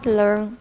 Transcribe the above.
learn